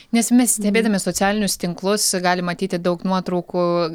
nes mes stebėdami socialinius tinklus galim matyti daug nuotraukų